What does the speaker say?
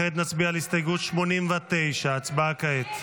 כעת נצביע על הסתייגות 89. הצבעה כעת.